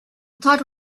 thought